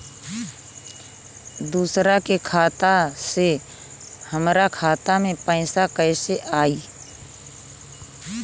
दूसरा के खाता से हमरा खाता में पैसा कैसे आई?